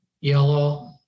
yellow